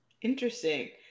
Interesting